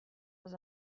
les